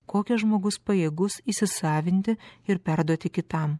kokią žmogus pajėgus įsisavinti ir perduoti kitam